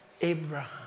Abraham